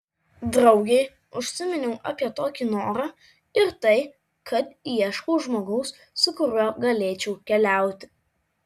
draugei užsiminiau apie tokį norą ir tai kad ieškau žmogaus su kuriuo galėčiau keliauti